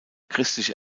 christliche